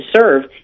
serve